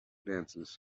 dances